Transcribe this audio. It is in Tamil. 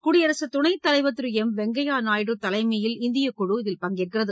குடியரசுத் துணைத் தலைவர் திரு எம் வெங்கையா நாயுடு தலைமையிலான குழு இதில் பங்கேற்கிறது